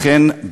לכן,